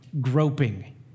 groping